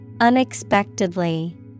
Unexpectedly